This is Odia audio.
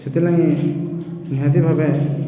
ସେଥିଲାଗି ନିହାତି ଭାବେ